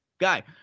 guy